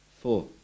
Four